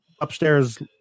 upstairs